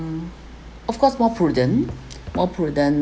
of course more prudent more prudent